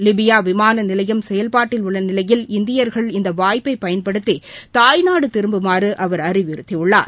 லிபியாவிமானநிலையம் செயல்பாட்டில் உள்ளநிலையில் இந்தியர்கள் இந்தவாய்ப்பைப் பயன்படுத்திதாய்நாடுதிரும்புமாறுஅவர் அறிவுறுத்தியுள்ளார்